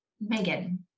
Megan